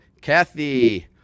Kathy